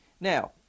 Now